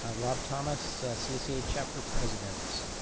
ah rob thomas, csea chapter president.